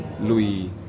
Louis